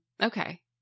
Okay